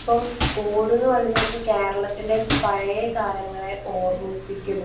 അപ്പം ഓട് എന്ന് പറയുന്നത് കേരളത്തിൻ്റെ പഴയ കാലങ്ങളെ ഓർമ്മിപ്പിക്കുന്നു